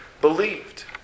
believed